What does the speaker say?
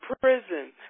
prison